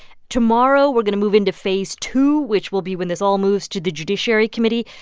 tomorrow, we're going to move into phase two, which will be when this all moves to the judiciary committee.